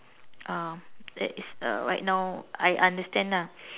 ah that is a right now I understand lah